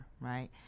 right